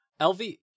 LV